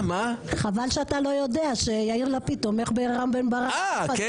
חבל שאתה יודע שיאיר לפיד תומך ברם בן ברק.